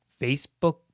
Facebook